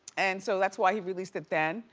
and so that's why he released it then.